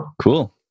Cool